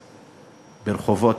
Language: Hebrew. ברחובות,